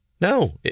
No